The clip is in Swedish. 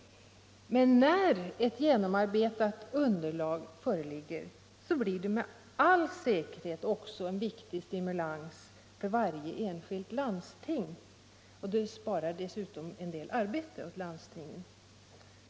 Men när ett genomarbetat underlag föreligger blir det med all säkerhet också en viktig stimulans för varje enskilt landsting, och det sparar dessutom en del arbete åt landstingen.